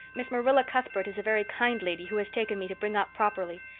miss marilla cuthbert is a very kind lady who has taken me to bring up properly.